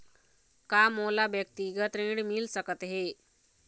का मोला व्यक्तिगत ऋण मिल सकत हे?